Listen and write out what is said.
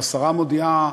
שהשרה מודיעה: